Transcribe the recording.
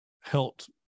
helped